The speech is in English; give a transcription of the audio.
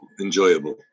enjoyable